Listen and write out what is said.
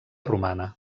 romana